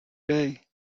day